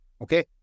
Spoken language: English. Okay